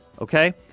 Okay